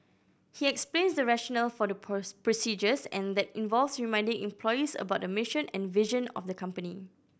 he explains the rationale for the procedures and that involves reminding employees about the mission and vision of the company